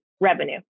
revenue